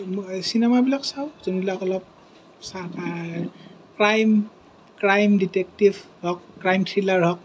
চিনেমাবিলাক চাওঁ যোনবিলাক অলপ ক্ৰাইম ক্ৰাইম ডিটেকটিভ হওক ক্ৰাইম থ্ৰিলাৰ হওক